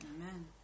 Amen